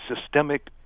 systemic